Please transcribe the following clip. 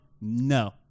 No